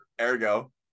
Ergo